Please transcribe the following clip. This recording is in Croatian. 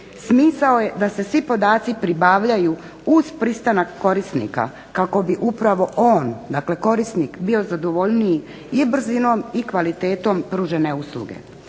Smisao je da se svi podaci pribavljaju uz pristanak korisnika kako bi upravo on, dakle korisnik, bio zadovoljniji i brzinom i kvalitetom pružene usluge.